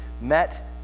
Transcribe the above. met